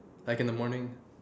like in the morning